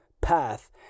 path